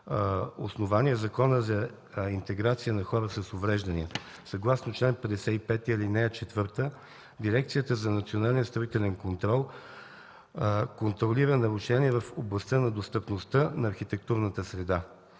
основание е Законът за интеграция на хората с увреждания. Съгласно чл. 55, ал. 4 Дирекцията за национален строителен контрол контролира нарушения в областта на достъпността на архитектурната среда.